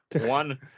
One